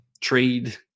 trade